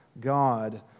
God